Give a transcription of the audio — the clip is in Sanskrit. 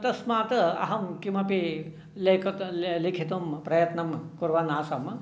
तस्मात् अहं किमपि लेखितुं प्रयत्नं कुर्वन् आसम्